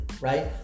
right